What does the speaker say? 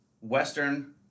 Western